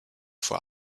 vor